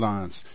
Lines